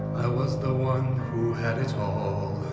i was the one who had it all